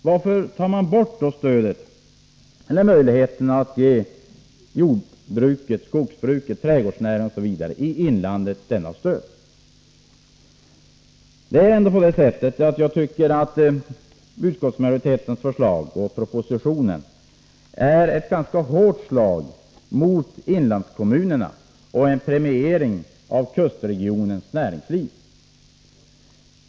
Varför tar ni bort möjligheterna för jordbruket, skogsbruket, trädgårdsnäringen, osv. i inlandet att få stöd? Jag tycker att utskottsmajoritetens förslag och propositionen är ett ganska hårt slag mot inlandskommunerna och innebär en premiering av kustregionens näringsliv.